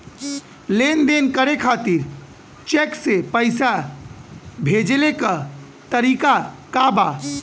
लेन देन करे खातिर चेंक से पैसा भेजेले क तरीकाका बा?